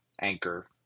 Anchor